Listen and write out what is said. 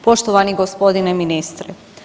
Poštovani gospodine ministre.